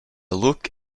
look